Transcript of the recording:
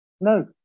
No